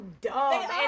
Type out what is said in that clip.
dumb